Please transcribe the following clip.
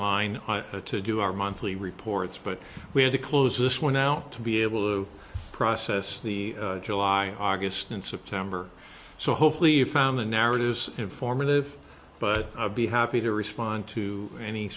line to do our monthly reports but we had to close this one out to be able to process the july august and september so hopefully found the narratives informative but i would be happy to respond to any